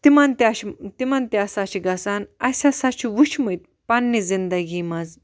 تِمَن تہِ شا تِمَن تہِ ہَسا چھُ گَژھان اَسہِ ہَسا چھِ وٕچھمٕتۍ پَننہِ زِندگی مَنٛز